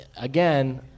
again